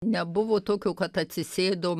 nebuvo tokio kad atsisėdom